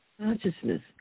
consciousness